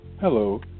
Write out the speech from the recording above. Hello